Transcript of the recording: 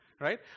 right